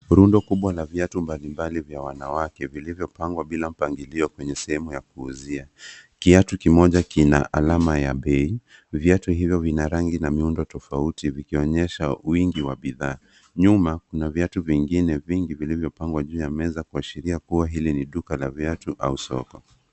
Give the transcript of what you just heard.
Rundo kubwa la viatu mbalimbali vya wanawake vilivyopangwa bila mpangilio kwenye sehemu ya kuuzia. Kiatu kimoja kina alama ya bei. Viatu hivyo vina rangi na miundo tofauti vikionyesha wingi wa bidhaa. Nyuma kuna viatu vingine vingi vilivyopangwa juu ya meza kuashiria kuwa hili ni duka la viatu au soko.